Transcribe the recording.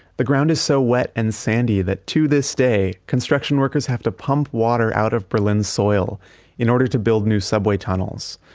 the ground is so wet and sandy that to this day, construction workers have to pump water out of berlin's soil in order to build new subway tunnels.